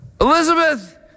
Elizabeth